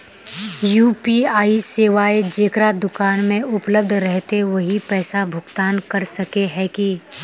UPI सेवाएं जेकरा दुकान में उपलब्ध रहते वही पैसा भुगतान कर सके है की?